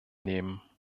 nehmen